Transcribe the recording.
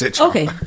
Okay